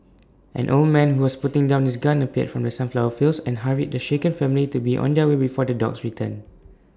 an old man who was putting down his gun appeared from the sunflower fields and hurried the shaken family to be on their way before the dogs return